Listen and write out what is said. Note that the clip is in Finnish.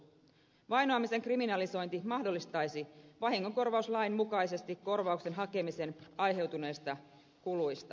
vainoamisen kriminalisointi mahdollistaisi vahingonkorvauslain mukaisesti korvauksen hakemisen aiheutuneista kuluista